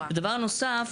דבר נוסף,